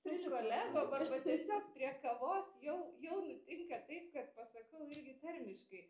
su kolegom arba tiesiog prie kavos jau jau nutinka taip kad pasakau irgi tarmiškai